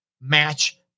match